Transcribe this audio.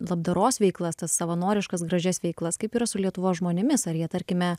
labdaros veiklas tas savanoriškas gražias veiklas kaip yra su lietuvos žmonėmis ar jie tarkime